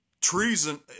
treason